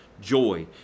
joy